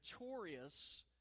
notorious